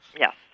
Yes